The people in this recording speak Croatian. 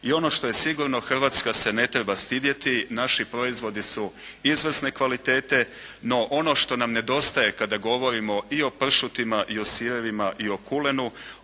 i ono što je sigurno, Hrvatska se ne treba stidjeti, naši proizvodi su izvrsne kvalitete, no ono što nam nedostaje kada govorimo i o pršutima i o sirevima i o kulenu